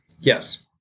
Yes